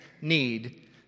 need